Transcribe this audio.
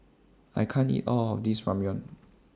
I can't eat All of This Ramyeon